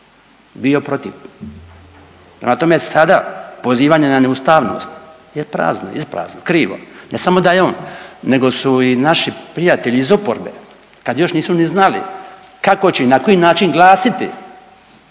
bio protiv. Prema tome, sada pozivanje na neustavnost je prazno, isprazno, krivo. Ne samo da je on, nego su i naši prijatelji iz oporbe, kad još nisu ni znali kako će i na koji način glasiti